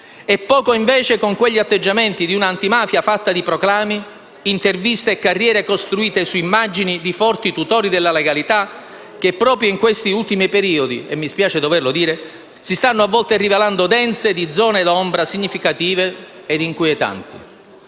e poco invece con quegli atteggiamenti di una antimafia fatta di proclami, interviste e carriere costruite su immagini di forti tutori della legalità, che proprio in questi ultimi periodi - mi spiace doverlo dire - si stanno a volte rivelando dense di zone d'ombra significative e inquietanti.